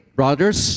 brothers